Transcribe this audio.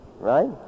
right